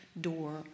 door